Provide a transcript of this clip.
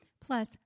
Plus